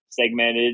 segmented